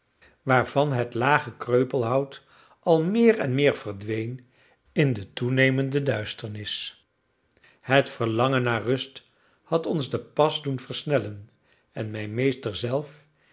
waarvan het lage kreupelhout al meer en meer verdween in de toenemende duisternis het verlangen naar rust had ons den pas doen versnellen en mijn meester zelf